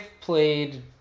played